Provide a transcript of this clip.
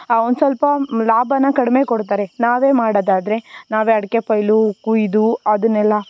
ಒಂದು ಸ್ವಲ್ಪ ಲಾಭ ಕಡಿಮೆ ಕೊಡ್ತಾರೆ ನಾವೇ ಮಾಡೋದಾದರೆ ನಾವೇ ಅಡಿಕೆ ಪೈಲು ಕುಯ್ದು ಅದನ್ನೆಲ್ಲಾ